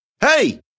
Hey